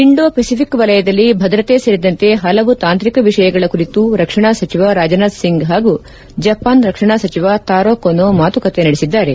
Indo Pacific ವಲಯದಲ್ಲಿ ಭದ್ರತೆ ಸೇರಿದಂತೆ ಪಲವು ತಾಂತ್ರಿಕ ವಿಷಯಗಳ ಕುರಿತು ರಕ್ಷಣಾ ಸಚಿವ ರಾಜ್ನಾಥ್ ಸಿಂಗ್ ಹಾಗೂ ಜಪಾನ್ ರಕ್ಷಣಾ ಸಚಿವ ತಾರೊ ಕೆ ಮಾತುಕತೆ ನಡೆಸಿದ್ದಾರೆ